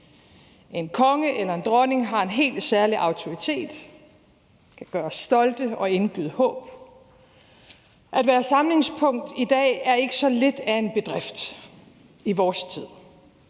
En konge eller en dronning har en helt særlig autoritet, kan gøre os stolte og indgyde håb. At være et samlingspunkt er ikke så lidt af en bedrift i vores tid,